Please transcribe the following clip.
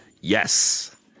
yes